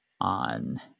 on